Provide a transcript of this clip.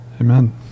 Amen